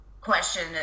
question